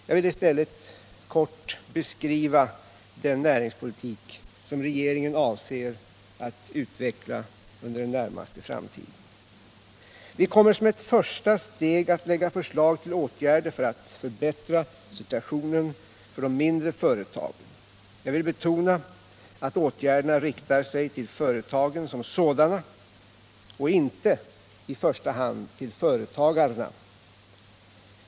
Jag vill i stället kort beskriva den näringspolitik som regeringen avser att utveckla under den närmaste framtiden. Vi kommer som ett första steg att lägga förslag till åtgärder för att förbättra situationen för de mindre företagen. Jag vill betona att åtgärderna riktar sig till företagen som sådana och inte i första hand till företagarna.